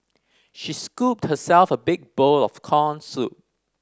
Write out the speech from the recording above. she scooped herself a big bowl of corn soup